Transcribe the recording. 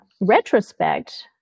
retrospect